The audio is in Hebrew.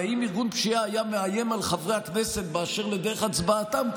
הרי אם ארגון פשיעה היה מאיים על חברי הכנסת באשר לדרך הצבעתם,